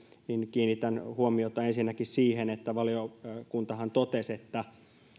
kiinnitän huomiota ensinnäkin siihen että valiokuntahan totesi että